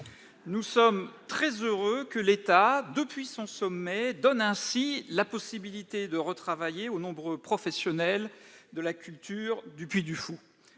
Nous sommes très heureux que l'État, depuis son sommet, donne ainsi la possibilité de retravailler aux nombreux professionnels de la culture du Puy du Fou.